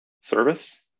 service